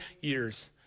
years